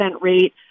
rate